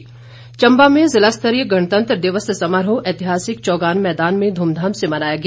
चंबा समारोह चंबा में ज़िला स्तरीय गणतंत्र दिवस समारोह ऐतिहासिक चौगान मैदान में ध्रमधाम से मनाया गया